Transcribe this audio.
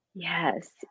Yes